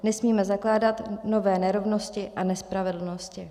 Nesmíme zakládat nové nerovnosti a nespravedlnosti.